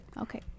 Okay